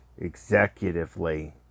executively